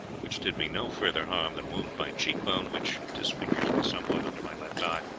which did me no further harm than wound my cheek-bone, which disfigures me somewhat under my left eye.